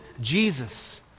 Jesus